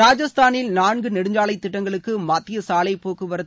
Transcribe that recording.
ராஜஸ்தாளில் நான்கு நெடுஞ்சாலைத் திட்டங்களுக்கு மத்திய சாலைப் போக்குவரத்து